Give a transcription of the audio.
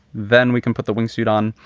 then we can put the wingsuit on.